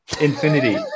Infinity